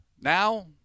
now